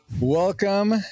Welcome